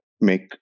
make